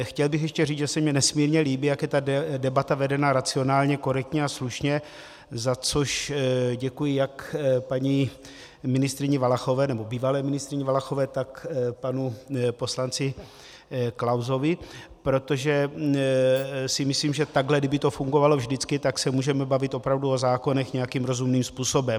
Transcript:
Chtěl bych ještě říct, že se mi nesmírně líbí, jak je ta debata vedená racionálně, korektně a slušně, za což děkuji jak paní ministryni Valachové, nebo bývalé ministryni Valachové, tak panu poslanci Klausovi, protože si myslím, že kdyby to takhle fungovalo vždycky, tak se můžeme bavit opravdu o zákonech nějakým rozumným způsobem.